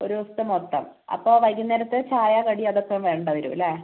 ഒരു ദിവസത്തേ മൊത്തം അപ്പോൾ വൈകുന്നേരത്തെ ചായ കടി അതൊക്കേ വേണ്ടെ വരുംല്ലേ